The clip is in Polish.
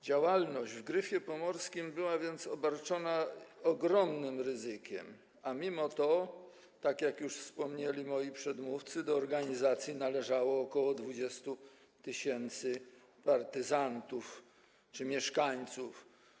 Działalność w „Gryfie Pomorskim” była więc obarczona ogromnym ryzykiem, a mimo to, jak już wspomnieli moi przedmówcy, do organizacji należało ok. 20 tys. partyzantów czy mieszkańców.